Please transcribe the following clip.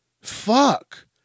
Fuck